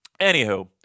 Anywho